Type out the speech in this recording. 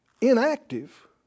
inactive